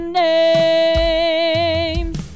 names